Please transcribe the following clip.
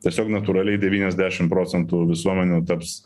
tiesiog natūraliai devyniasdešim procentų visuomenių taps